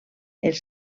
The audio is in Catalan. els